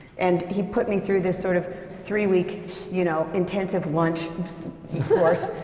and he put me through this sort of three-week you know, intensive lunch course.